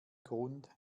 grund